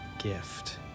Gift